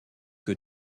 que